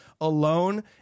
alone